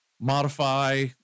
modify